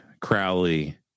Crowley